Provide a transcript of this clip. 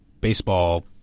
baseball